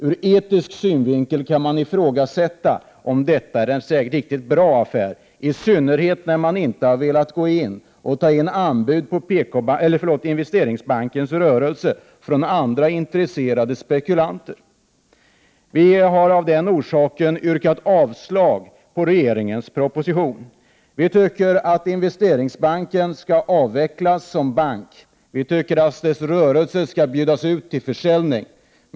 Ur etisk synvinkel kan det ifrågasättas om detta är en riktigt bra affär, i synnerhet som man inte velat gå in och begära anbud på Investeringsbankens rörelse från andra intresserade spekulanter. Vi har av den orsaken yrkat avslag på regeringspropositionen. Vi tycker att Investeringsbanken skall avvecklas som bank. Vi tycker att dess rörelse skall bjudas ut till försäljning.